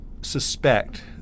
suspect